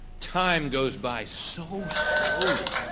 time goes by so slowly.